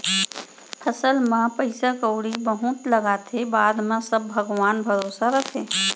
फसल म पइसा कउड़ी बहुत लागथे, बाद म सब भगवान भरोसा रथे